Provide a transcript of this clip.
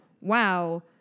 wow